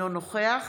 אינו נוכח